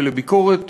לביקורת